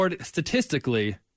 statistically